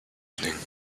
evening